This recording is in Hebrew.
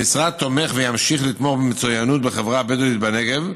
המשרד תומך וימשיך לתמוך במצוינות בחברה הבדואית בנגב,